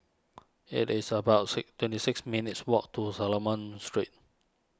it is about sic twenty six minutes' walk to Solomon Street